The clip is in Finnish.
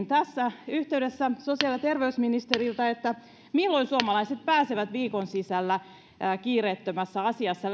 tässä yhteydessä sosiaali ja terveysministeriltä milloin suomalaiset pääsevät kiireettömässä asiassa